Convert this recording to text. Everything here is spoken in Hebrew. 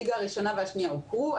הליגה הראשונה והשנייה הוכרו,